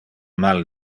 mal